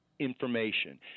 information